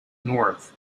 north